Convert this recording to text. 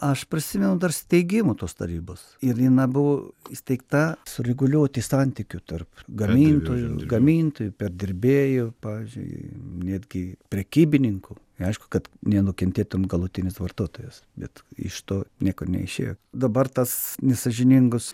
aš prisimenu dar steigimo tos tarybos ir ina buvo įsteigta sureguliuoti santykių tarp gamintojų gamintojų perdirbėjų pavyzdžiui netgi prekybininkų aišku kad nenukentėtum galutinis vartotojas bet iš to nieko neišėjo dabar tas nesąžiningus